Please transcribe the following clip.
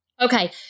Okay